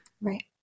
right